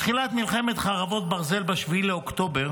מתחילת מלחמת חרבות ברזל ב-7 באוקטובר